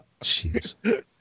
Jeez